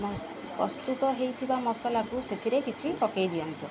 ପ୍ରସ୍ତୁତ ହେଇଥିବା ମସଲାକୁ ସେଥିରେ କିଛି ପକେଇ ଦିଅନ୍ତୁ